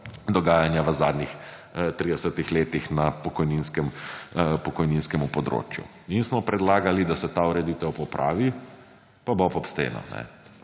dogajanja v zadnjih tridesetih letih na pokojninskemu področju. In smo predlagali, da se ta ureditev popravi, pa bob ob steno.